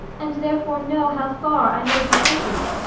and therefore know how far i may be pitied.